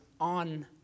on